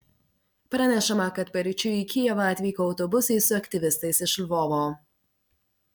pranešama kad paryčiui į kijevą atvyko autobusai su aktyvistais iš lvovo